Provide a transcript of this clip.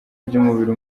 by’umubiri